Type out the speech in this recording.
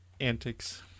Antics